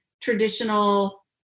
traditional